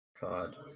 God